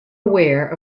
aware